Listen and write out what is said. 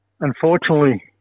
Unfortunately